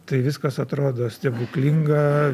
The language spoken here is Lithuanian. tai viskas atrodo stebuklinga